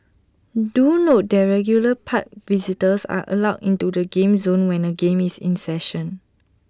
do note that regular park visitors are allowed into the game zone when A game is in session